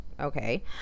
Okay